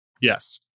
Yes